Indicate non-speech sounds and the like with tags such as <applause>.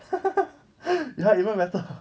<laughs> ya even better